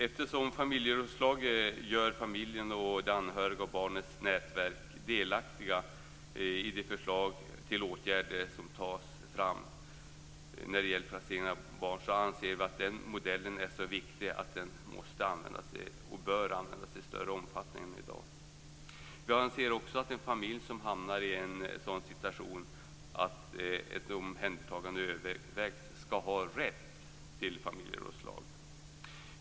Eftersom familjerådslaget gör familjen, de anhöriga och barnets nätverk delaktiga i de förslag till åtgärder som tas fram när det gäller placering av barn anser vi att den modellen är så viktig att den måste användas, och bör användas, i större omfattning än i dag. Vi anser att en familj som hamnar i en sådan situation att omhändertagande övervägs skall ha rätt till familjerådslag.